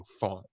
font